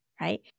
right